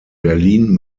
berlin